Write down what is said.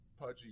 pudgy